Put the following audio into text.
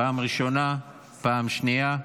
פעם ראשונה, פעם שנייה,